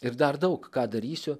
ir dar daug ką darysiu